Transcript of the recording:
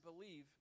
believe